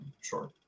sure